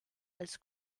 als